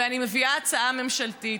ואני מביאה הצעה ממשלתית.